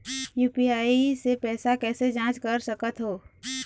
UPI से पैसा कैसे जाँच कर सकत हो?